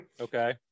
Okay